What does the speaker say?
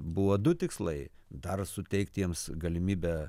buvo du tikslai dar suteikt jiems galimybę